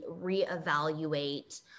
reevaluate